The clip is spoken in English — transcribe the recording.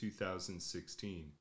2016